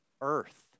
earth